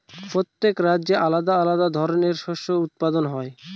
প্রত্যেক রাজ্যে আলাদা আলাদা ধরনের শস্য উৎপাদন হয়